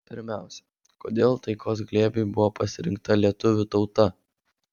pirmiausia kodėl taikos glėbiui buvo pasirinkta lietuvių tauta